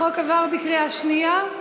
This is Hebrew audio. החוק עבר בקריאה שנייה.